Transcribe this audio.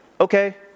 Okay